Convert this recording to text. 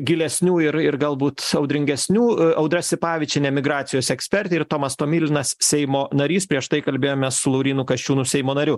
gilesnių ir ir galbūt audringesnių audra sipavičienė migracijos ekspertė ir tomas tomilinas seimo narys prieš tai kalbėjome su laurynu kasčiūnu seimo nariu